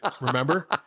remember